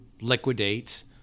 liquidate